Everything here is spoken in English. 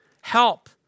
help